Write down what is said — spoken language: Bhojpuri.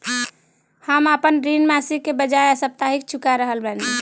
हम आपन ऋण मासिक के बजाय साप्ताहिक चुका रहल बानी